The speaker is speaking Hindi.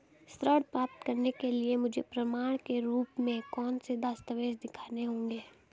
ऋण प्राप्त करने के लिए मुझे प्रमाण के रूप में कौन से दस्तावेज़ दिखाने होंगे?